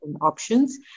options